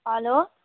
hello